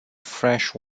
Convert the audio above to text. fresh